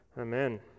Amen